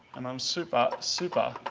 and i'm super, super,